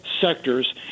sectors